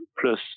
plus